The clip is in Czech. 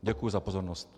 Děkuji za pozornost.